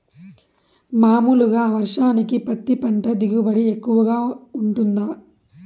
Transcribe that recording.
మామూలుగా వర్షానికి పత్తి పంట దిగుబడి ఎక్కువగా గా వుంటుందా?